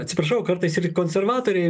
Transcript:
atsiprašau kartais ir konservatoriai